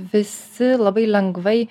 visi labai lengvai